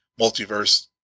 multiverse